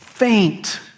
faint